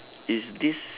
is this